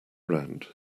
round